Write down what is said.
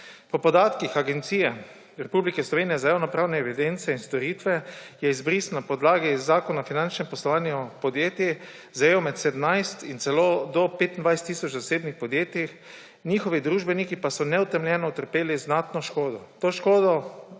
Po podatkih Agencije Republike Slovenije za javnopravne evidence in storitve je izbris na podlagi Zakona o finančnem poslovanju podjetij zajel med 17 in celo 25 tisoč zasebnih podjetij, njihovi družbeniki pa so neutemeljeno utrpeli znatno škodo. To škodo